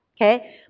okay